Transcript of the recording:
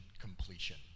completion